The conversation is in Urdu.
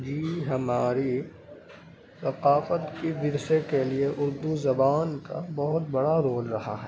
جی ہماری ثقافت کی ورثے کے لیے اردو زبان کا بہت بڑا رول رہا ہے